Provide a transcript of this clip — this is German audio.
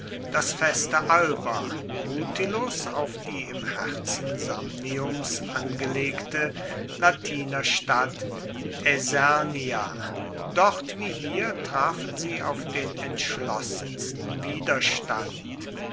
das feste alba mutilus auf die im herzen samniums angelegte latinerstadt aesernia dort wie hier trafen sie auf den entschlossensten widerstand